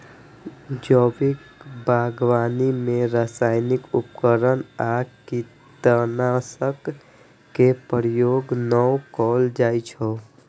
जैविक बागवानी मे रासायनिक उर्वरक आ कीटनाशक के प्रयोग नै कैल जाइ छै